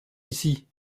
ici